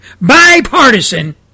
bipartisan